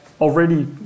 already